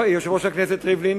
יושב-ראש הכנסת ריבלין,